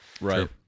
Right